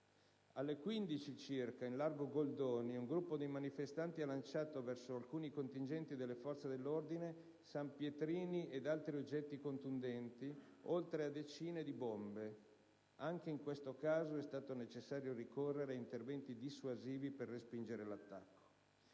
ore 15 circa, in largo Goldoni, un gruppo di manifestanti ha lanciato verso alcuni contingenti delle forze dell'ordine sanpietrini ed altri oggetti contundenti, oltre a decine di bombe. Anche in questo caso è stato necessario ricorrere ad interventi dissuasivi per respingere l'attacco.